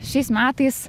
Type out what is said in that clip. šiais metais